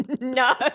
no